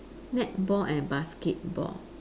netball and basketball